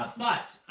but,